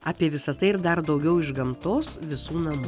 apie visa tai ir dar daugiau iš gamtos visų namų